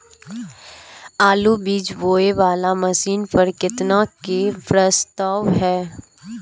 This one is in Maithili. आलु बीज बोये वाला मशीन पर केतना के प्रस्ताव हय?